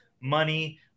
money